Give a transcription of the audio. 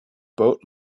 boat